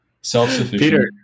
self-sufficient